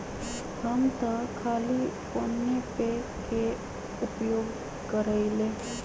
हम तऽ खाली फोनेपे के उपयोग करइले